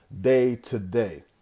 day-to-day